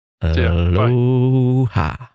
Aloha